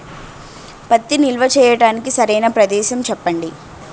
పత్తి నిల్వ చేయటానికి సరైన ప్రదేశం చెప్పండి?